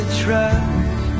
trust